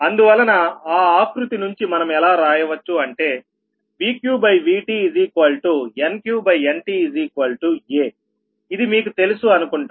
అందువలన ఆ ఆకృతి నుంచి మనం ఎలా రాయవచ్చు అంటే VqVtNqNtaఇది మీకు తెలుసు అనుకుంటా